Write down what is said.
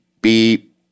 beep